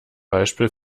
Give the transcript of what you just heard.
beispiel